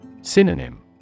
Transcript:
Synonym